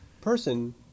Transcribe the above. person